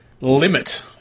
limit